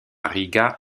riga